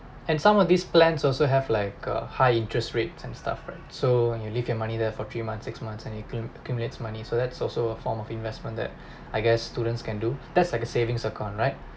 and some of these plants also have like a high interest rates and stuff right so when you leave your money there for three months six months and you acc~ accumulates money so that's also a form of investment that I guess students can do that's like a savings account right